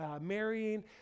marrying